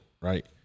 right